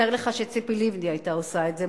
תאר לעצמך שציפי לבני היתה עושה את זה,